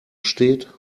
steht